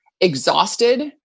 exhausted